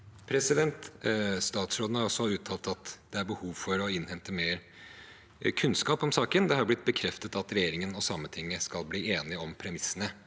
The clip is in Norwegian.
Stats- råden har også uttalt at det er behov for å innhente mer kunnskap om saken. Det har blitt bekreftet at regjeringen og Sametinget skal bli enige om premissene